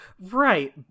Right